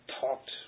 talked